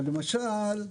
אבל למשל,